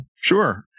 Sure